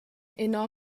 uno